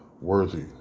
worthy